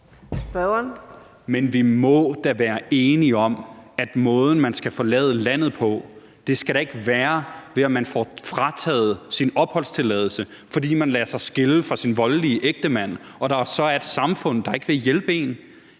Men vi må da være enige om, at måden, man skal forlade landet på, ikke skal være, ved at man får frataget sin opholdstilladelse, fordi man lader sig skille fra sin voldelige ægtemand og der så er et samfund, der ikke vil hjælpe en.